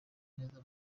neza